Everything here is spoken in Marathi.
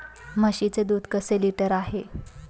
म्हशीचे दूध कसे लिटर आहे?